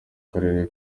karere